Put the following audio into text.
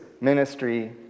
ministry